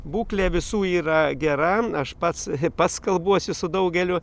būklė visų yra gera aš pats pats kalbuosi su daugeliu